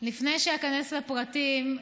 לפני שאכנס לפרטים,